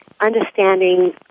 understanding